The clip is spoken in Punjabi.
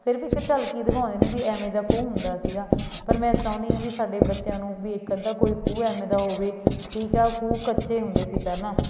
ਸਿਰਫ ਇੱਕ ਝਲਕ ਹੀ ਦਿਖਾਉਂਦੇ ਨੇ ਵੀ ਇਵੇਂ ਦਾ ਖੂਹ ਹੁੰਦਾ ਸੀਗਾ ਪਰ ਮੈਂ ਚਾਹੁੰਦੀ ਹਾਂ ਵੀ ਸਾਡੇ ਬੱਚਿਆਂ ਨੂੰ ਵੀ ਇੱਕ ਅੱਧਾ ਕੋਈ ਖੂਹ ਇਵੇਂ ਦਾ ਹੋਵੇ ਠੀਕ ਆ ਖੂਹ ਕੱਚੇ ਹੁੰਦੇ ਸੀ ਪਹਿਲਾਂ